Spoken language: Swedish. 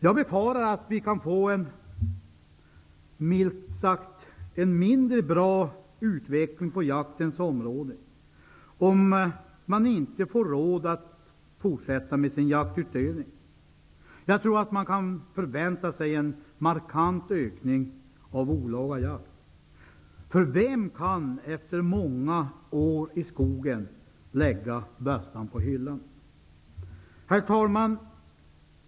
Jag befarar att vi kan få en, milt sagt, mindre bra utveckling på jaktens område om människor inte får råd att fortsätta med sin jaktutövning. Jag tror att man kan förvänta sig en markant ökning av olaga jakt, för vem kan efter många år i skogen lägga bössan på hyllan? Herr talman!